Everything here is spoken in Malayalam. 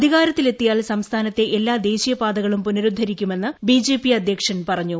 അധികാരത്തിലെത്തിയാൽ എല്ലാ ദേശീയപാതകളും പുനരുദ്ധരിക്കുമെന്ന് ബി ജെ പി അധ്യക്ഷൻ പറഞ്ഞു